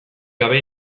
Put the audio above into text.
gabe